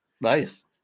Nice